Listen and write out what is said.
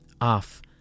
off